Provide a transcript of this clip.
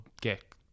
get